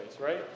right